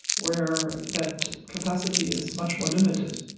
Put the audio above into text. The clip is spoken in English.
where that capacity is much more limited.